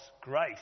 grace